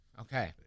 Okay